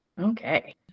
Okay